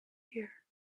hear